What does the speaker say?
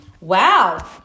Wow